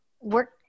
work